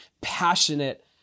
passionate